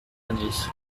années